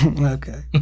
Okay